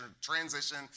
transition